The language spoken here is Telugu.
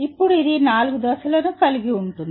ఇప్పుడు ఇది 4 దశలను కలిగి ఉంటుంది